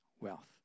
wealth